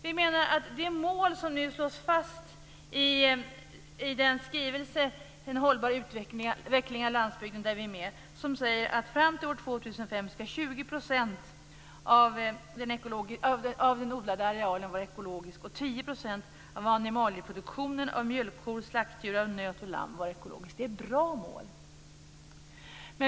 Vi menar att det är bra mål som nu slås fast i skrivelsen En hållbar utveckling av landsbygden, där vi är med. Där sägs att fram till år 2005 ska 20 % av den odlade arealen vara ekologisk och 10 % av animalieproduktion, mjölkkor, slaktdjur, nöt och lamm, vara ekologisk.